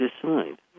decide